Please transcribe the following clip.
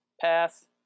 Pass